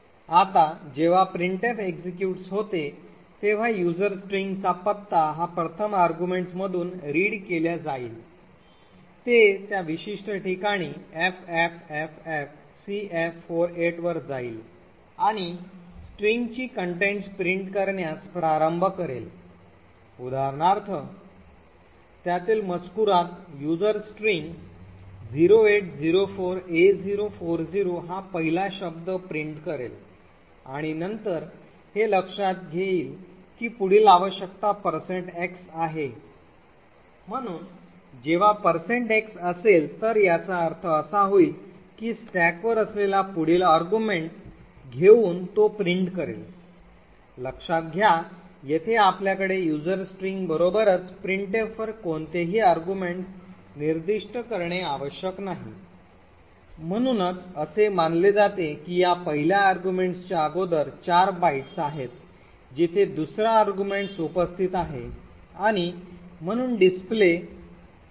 आता जेव्हा printf executes होते तेव्हा user string चा पत्ता हा प्रथम arguments मधून read केल्या जाईल ते त्या विशिष्ट ठिकाणी ffffcf48 वर जाईल आणि स्ट्रिंगची सामग्री प्रिंट करण्यास प्रारंभ करेल उदाहरणार्थ त्यातील मजकूरात user string 0804a040 हा पहिला शब्द प्रिंट करेल आणि नंतर हे लक्षात येईल की पुढील आवश्यकता x आहे म्हणून जेव्हा x असेल तर याचा अर्थ असा होईल की स्टॅकवर असलेला पुढील अर्ग्युमेंट घेऊन तो प्रिंट करेल लक्ष्यात घ्या येथे आपल्याकडे user string बरोबरच printf वर कोणतेही arguments निर्दिष्ट करणे आवश्यक नाही म्हणूनच असे मानले जाते की या पहिल्या arguments च्या अगोदर 4 बाइट्स आहेत जिथे दुसरा arguments उपस्थित आहे आणि म्हणून डिस्प्ले 00000000 असेल